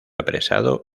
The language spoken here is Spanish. apresado